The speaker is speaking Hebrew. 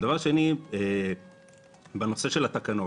דבר שני, נושא של התקנות.